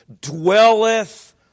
dwelleth